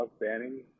banning